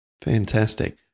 Fantastic